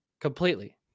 completely